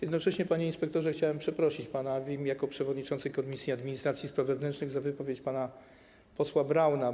Jednocześnie, panie inspektorze, chciałbym przeprosić pana jako przewodniczący Komisji Administracji i Spraw Wewnętrznych za wypowiedź pana posła Brauna.